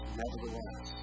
nevertheless